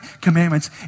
commandments